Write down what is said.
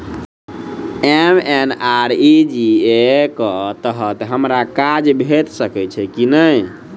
MNREGA कऽ तहत हमरा काज भेट सकय छई की नहि?